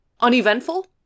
uneventful